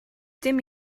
dim